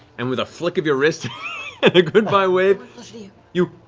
and with a flick of your wrist, a a goodbye wave, you